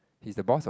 he's the boss what